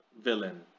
villain